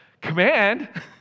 Command